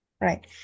Right